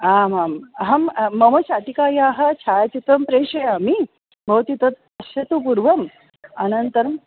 आमाम् अहं मम शाटिकायाः छायाचित्रं प्रेषयामि भवती तत् पश्यतु पूर्वम् अनन्तरम्